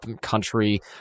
country